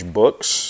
books